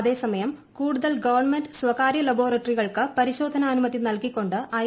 അതേസമയം കൂടുതൽ ഗവൺമെന്റ് സ്ഥകാര്യ ലബോറട്ടറികൾക്ക് പരിശോധനാ അനുമതി നൽകിക്കൊണ്ട് ഐ